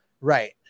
right